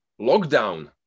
lockdown